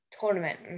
tournament